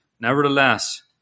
Nevertheless